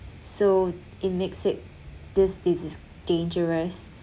so it makes it this disease is dangerous